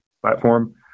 platform